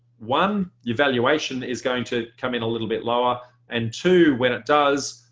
one, evaluation is going to come in a little bit lower and two when it does,